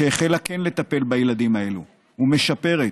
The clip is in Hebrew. שהחלה כן לטפל בילדים האלה ומשפרת,